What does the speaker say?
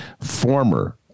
former